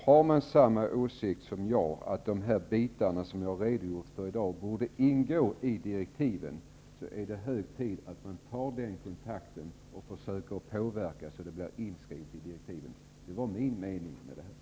Om man har samma åsikt som jag, att de delar jag har redogjort för i dag borde ingå i direktiven, är det hög tid att man tar den kontakten och försöker påverka, så att de blir inskrivna i direktiven. Det var det jag menade.